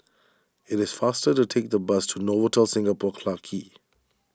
it is faster to take the bus to Novotel Singapore Clarke Quay